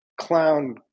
clown